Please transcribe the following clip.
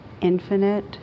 infinite